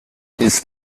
his